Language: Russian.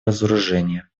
разоружения